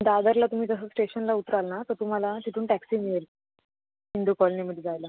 दादरला तुम्ही जसं स्टेशनला उतराल ना तर तुम्हाला तिथून टॅक्सी मिळेल हिंदू कॉलनीमध्ये जायला